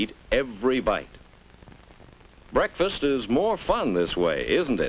eat every bite breakfast is more fun this way isn't